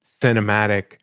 cinematic